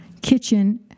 kitchen